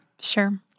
Sure